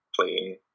playing